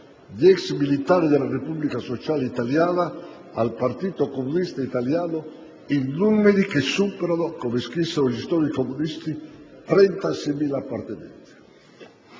di ex militari della Repubblica Sociale Italiana al Partito comunista italiano in numeri che superano, come scrissero gli storici comunisti, 36.000 appartenenti.